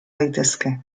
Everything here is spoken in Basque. daitezke